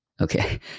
Okay